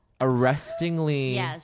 arrestingly